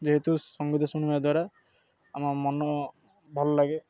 ଯେହେତୁ ସଙ୍ଗୀତ ଶୁଣିବା ଦ୍ୱାରା ଆମ ମନ ଭଲ ଲାଗେ